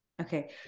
Okay